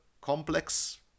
complex